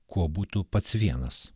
kuo būtų pats vienas